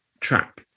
trap